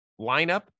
lineup